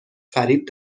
فریب